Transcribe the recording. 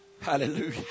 Hallelujah